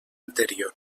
anterior